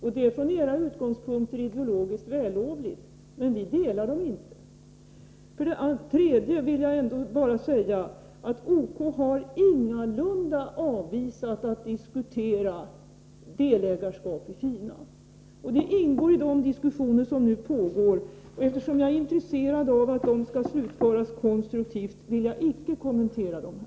Det är från era utgångspunkter ideologiskt vällovligt, men vi delar inte er inställning. Jag vill också påpeka att OK ingalunda har avvisat att diskutera delägarskap i Fina. Det ingår i de diskussioner som pågår, och eftersom jag är intresserad av att de skall slutföras konstruktivt vill jag icke kommentera dem här.